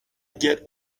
get